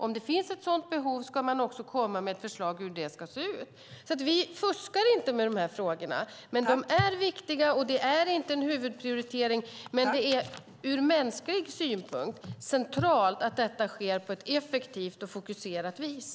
Om det finns ett behov av det ska man också komma med ett förslag till hur ett sådant organ ska se ut. Vi fuskar inte med dessa frågor. De är viktiga, och det är inte en huvudprioritering. Men det är ur mänsklig synpunkt centralt att detta sker på ett effektivt och fokuserat vis.